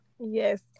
Yes